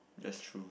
that's true